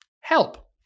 Help